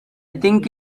think